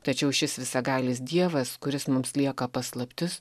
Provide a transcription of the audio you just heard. tačiau šis visagalis dievas kuris mums lieka paslaptis